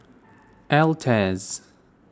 Altez